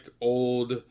old